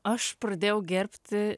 aš pradėjau gerbti